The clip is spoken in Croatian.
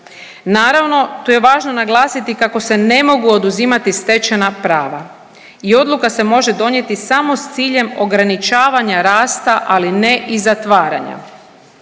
Naravno tu je važno naglasiti kako se ne mogu oduzimati stečena prava i odluka se može donijeti samo s ciljem ograničavanja rasta, ali ne i zatvaranja.